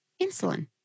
insulin